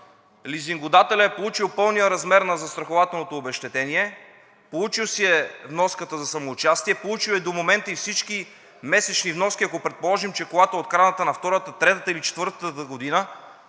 лизингодателят е получил пълния размер на застрахователното обезщетение, получил си е вноската за самоучастие, получил е до момента и всички месечни вноски, ако предположим, че колата е открадната на втората, третата или четвъртата година?